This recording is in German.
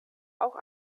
auch